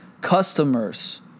Customers